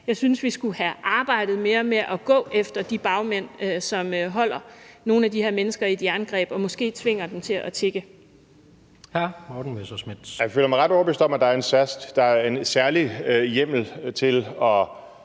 Jeg synes, vi skulle have arbejdet mere med at gå efter de bagmænd, som holder nogle af de her mennesker i et jerngreb og måske tvinger dem til at tigge. Kl. 16:13 Tredje næstformand (Jens Rohde): Hr.